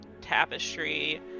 tapestry